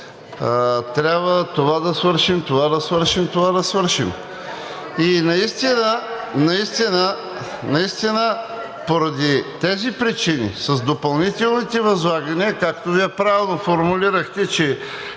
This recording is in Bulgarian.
трябва това да свършим, това да свършим, това да свършим. И наистина, поради тези причини с допълнителните възлагания, както Вие правилно формулирахте, че